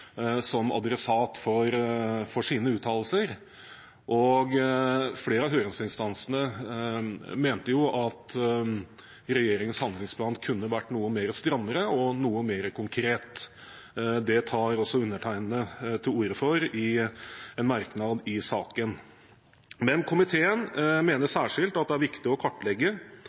som adressat for sine uttalelser, og flere av høringsinstansene mente at regjeringens handlingsplan kunne vært noe strammere og noe mer konkret. Det tar også undertegnede til orde for i en merknad i saken. Men komiteen mener særskilt at det er viktig å kartlegge